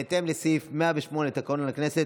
בהתאם לסעיף 108 לתקנון הכנסת.